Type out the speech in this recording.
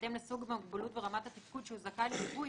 בהתאם לסוג המוגבלות ורמת התפקוד שהוא זכאי לליווי"